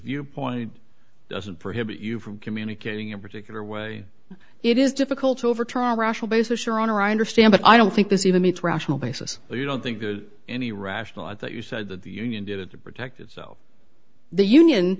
viewpoint doesn't prohibit you from communicating a particular way it is difficult to overturn a rational basis your honor i understand but i don't think this even meets rational basis that you don't think any rational i thought you said that the union did it to protect itself the union